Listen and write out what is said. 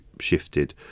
shifted